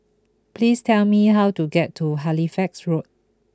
please tell me how to get to Halifax Road